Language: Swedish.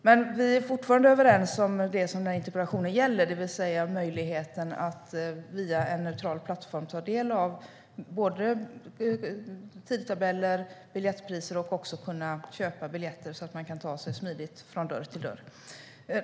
Vi är dock fortfarande överens om det som interpellationen gäller, det vill säga möjligheten att via en neutral plattform ta del av både tidtabeller och biljettpriser samt att också kunna köpa biljetter så att man kan ta sig smidigt från dörr till dörr.